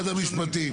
משרד המשפטים.